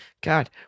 god